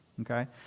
okay